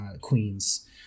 Queens